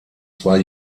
zwei